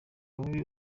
bubi